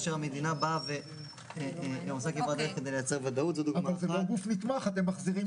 המשמעות שלה תהיה פגיעה - שאנחנו חשבנו